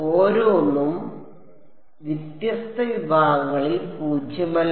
ഓരോന്നും വ്യത്യസ്ത വിഭാഗത്തിൽ പൂജ്യമല്ല